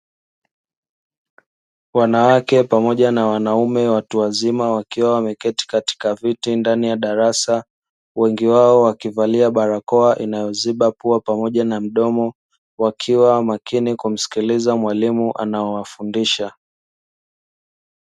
Wanawake pamoja na wanaume watu wazima, wakiwa wameketi katika viti ndani ya darasa, wengi wao wakivalia barakoa inayoziba pua pamoja na mdomo, wakiwa makini kumsikiliza mwalimu anayewafundisha.